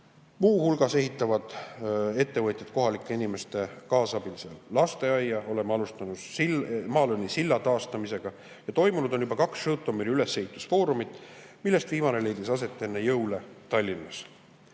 Muu hulgas ehitavad ettevõtjad kohalike inimeste kaasabil seal lasteaia, oleme alustanud Malõni silla taastamisega. Toimunud on juba kaks Žõtomõri ülesehitusfoorumit, millest viimane leidis aset enne jõule Tallinnas. Samuti